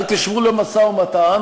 אל תשבו למשא-ומתן,